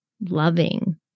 loving